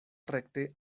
rekte